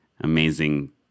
amazing